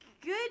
Good